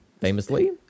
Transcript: famously